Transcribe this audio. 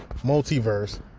multiverse